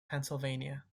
pennsylvania